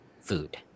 food